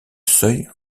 seuil